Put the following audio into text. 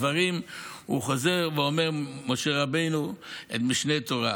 דברים חוזר, ואומר משה רבנו את משנה תורה.